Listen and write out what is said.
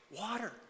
Water